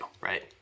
Right